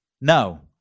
No